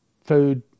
food